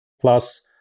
plus